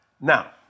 Now